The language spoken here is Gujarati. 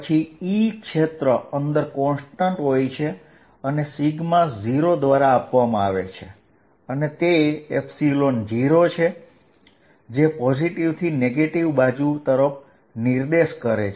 પછી E ક્ષેત્ર અંદર અચળ હોય છે અને તે 03 0 દ્વારા આપવામાં આવે છે જે પોઝીટીવ થી નેગેટીવ બાજુ તરફ હોય છે